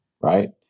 Right